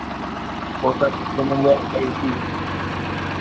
hotel तो मिल जाए ए सी